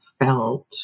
felt